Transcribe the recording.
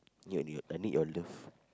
your n~ I need your love